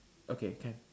okay can